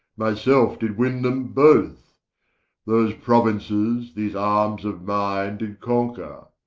my selfe did win them both those prouinces, these armes of mine did conquer,